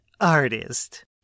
Artist